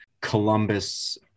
Columbus